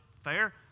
Fair